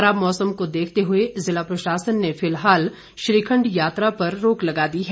खराब मौसम को देखते हुए जिला प्रशासन ने फिलहाल श्रीखंड यात्रा पर रोक लगा दी है